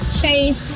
change